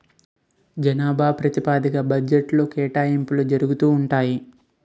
జనాభా ప్రాతిపదిగ్గా బడ్జెట్లో కేటాయింపులు జరుగుతూ ఉంటాయి